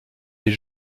est